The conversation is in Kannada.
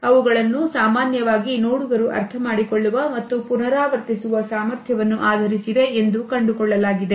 ಅವುಗಳನ್ನು ಸಾಮಾನ್ಯವಾಗಿ ನೋಡುಗರು ಅರ್ಥಮಾಡಿಕೊಳ್ಳುವ ಮತ್ತು ಪುನರಾವರ್ತಿಸುವ ಸಾಮರ್ಥ್ಯವನ್ನು ಆಧಾರಿಸಿವೆ ಎಂದು ಕಂಡುಕೊಳ್ಳಲಾಗಿದೆ